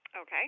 Okay